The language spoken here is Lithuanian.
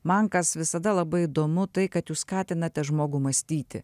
man kas visada labai įdomu tai kad jūs skatinate žmogų mąstyti